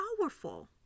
powerful